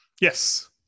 Yes